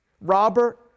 Robert